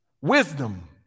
Wisdom